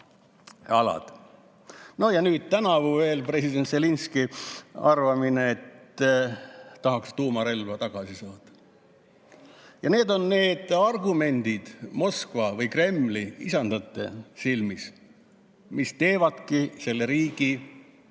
ja nüüd tänavu veel president Zelenskõi arvamine, et tahaks tuumarelva tagasi saada. Ja need on need argumendid Moskva, Kremli isandate silmis, mis teevadki selle riigi natsistlikuks.